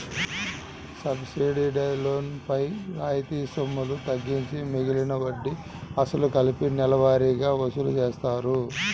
subsidised loan పైన రాయితీ సొమ్ములు తగ్గించి మిగిలిన వడ్డీ, అసలు కలిపి నెలవారీగా వసూలు చేస్తారు